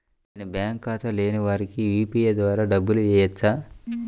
నేను బ్యాంక్ ఖాతా లేని వారికి యూ.పీ.ఐ ద్వారా డబ్బులు వేయచ్చా?